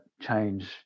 change